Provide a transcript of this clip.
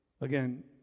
Again